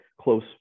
close